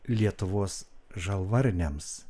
lietuvos žalvarniams